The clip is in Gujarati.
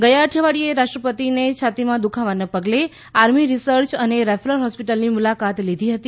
ગયા અઠવાડિયે રાષ્ટ્રપતિએ છાતીમાં દુખાવાના પગલે આર્મી રિસર્ચ અને રેફરલ હોસ્પિટલની મુલાકાત લીધી હતી